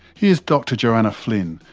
here's dr joanna flynn,